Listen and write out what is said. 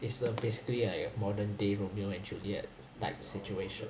it's uh basically like a modern day romeo and juliet type situation